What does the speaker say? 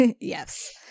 yes